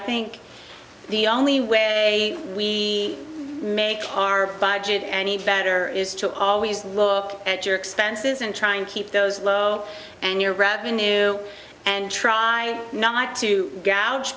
think the only way we make our budget any better is to always look at your expenses and try and keep those low and your rabbenu and try not to